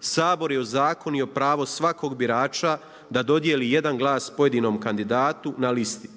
Sabor je ozakonio pravo svakog birača da dodijeli jedan glas pojedinom kandidatu na listi